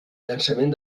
llançament